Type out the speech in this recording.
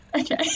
Okay